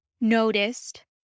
noticed